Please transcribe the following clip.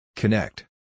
Connect